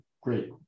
great